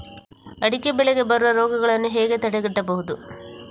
ಅಡಿಕೆ ಬೆಳೆಗೆ ಬರುವ ರೋಗಗಳನ್ನು ಹೇಗೆ ತಡೆಗಟ್ಟಬಹುದು?